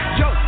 yo